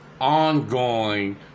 ongoing